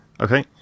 okay